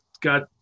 got